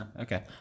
Okay